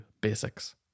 basics